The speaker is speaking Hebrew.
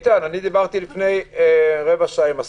דיברתי לפני רבע שעה עם השר,